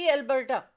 Alberta